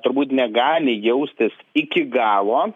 turbūt negali jaustis iki galo